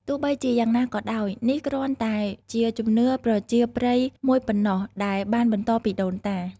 ទោះបីជាយ៉ាងណាក៏ដោយ នេះគ្រាន់តែជាជំនឿប្រជាប្រិយមួយប៉ុណ្ណោះ ដែលបានបន្តពីដូនតា។